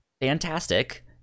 fantastic